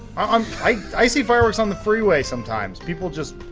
um i. i see fireworks on the freeway sometimes, people just.